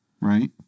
Right